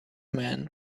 man